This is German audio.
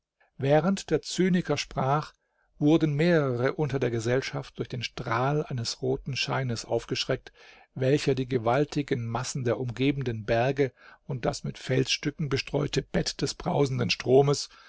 während der zyniker sprach wurden mehrere unter der gesellschaft durch den strahl eines roten scheines aufgeschreckt welcher die gewaltigen massen der umgebenden berge und das mit felsstücken bestreute bett des brausenden stromes